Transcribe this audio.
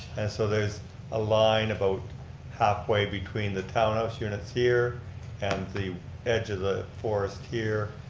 and so there's a line about half way between the townhouse units here and the edge of the forest here,